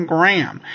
Graham